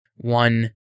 One